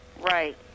Right